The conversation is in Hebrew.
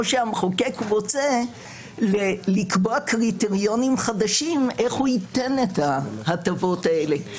או שהמחוקק רוצה לקבוע קריטריונים חדשים איך הוא ייתן את ההטבות האלה.